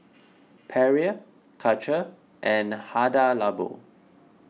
Perrier Karcher and Hada Labo